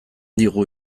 digu